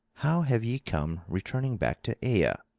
how have ye come returning back to aea?